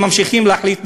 וממשיכים להחליט,